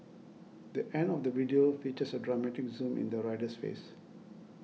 the end of the video features a dramatic zoom in the rider's face